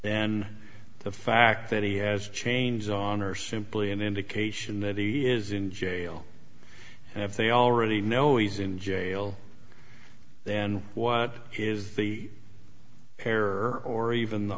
then the fact that he has chains on are simply an indication that he is in jail and if they already know he's in jail then what is the error or even the